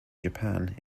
japan